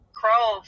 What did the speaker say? crow